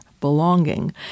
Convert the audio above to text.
Belonging